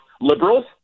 liberals